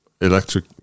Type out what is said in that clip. electric